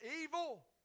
evil